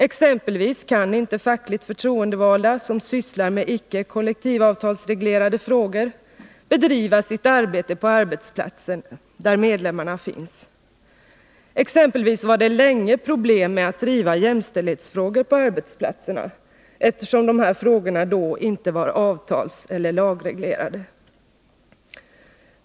Exempelvis kan inte fackligt förtroendevalda som sysslar med icke kollektivavtalsreglerade frågor bedriva sitt arbete på arbetsplatsen, där medlemmarna finns. Det har länge varit svårt att driva jämställdhetsfrågor på arbetsplatserna, eftersom dessa frågor tidigare inte var avtalseller lagreglerade.